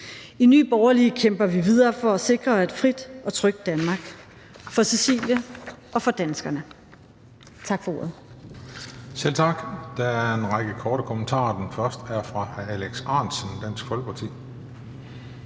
I Nye Borgerlige kæmper vi videre for at sikre et frit og trygt Danmark for Cecilie og for danskerne.